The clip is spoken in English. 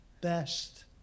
best